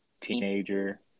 teenager